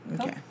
Okay